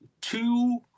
two